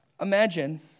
Imagine